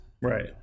right